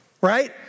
Right